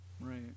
right